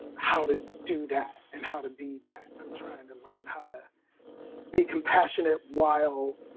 how to do that and how to be that. i'm trying to learn how to be compassionate while